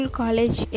college